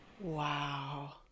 Wow